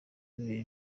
bibiri